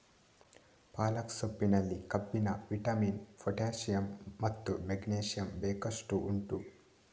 ಪಾಲಕ್ ಸೊಪ್ಪಿನಲ್ಲಿ ಕಬ್ಬಿಣ, vitamin, potassium ಮತ್ತು ಮೆಗ್ನೀಸಿಯಮ್ ಬೇಕಷ್ಟು ಉಂಟು